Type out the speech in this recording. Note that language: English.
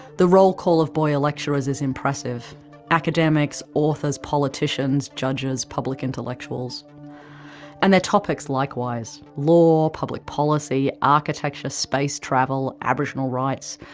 the roll call of boyer lecturers is impressive academics, authors, politicians, judges, public intellectuals and their topics likewise law, public policy, architecture, space travel, aboriginal rights,